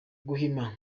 gahima